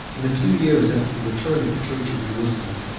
in a few years after the return of the church of jerusalem,